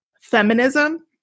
feminism